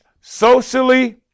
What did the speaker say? socially